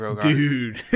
Dude